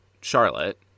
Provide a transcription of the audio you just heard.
Charlotte